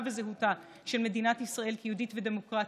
וזהותה של מדינת ישראל כיהודית ודמוקרטית,